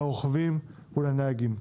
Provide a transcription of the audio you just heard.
לרוכבים ולנהגים.